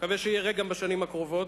מקווה שיהיה ריק גם בשנים הקרובות.